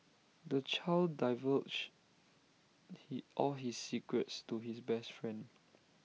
the child divulged he all his secrets to his best friend